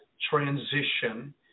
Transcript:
transition